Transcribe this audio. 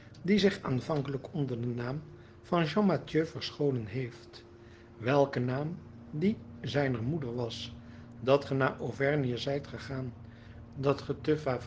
die zich aanvankelijk onder den naam van jean mathieu verscholen heeft welke naam die zijner moeder was dat ge naar auvergne zijt gegaan dat